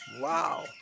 Wow